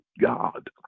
God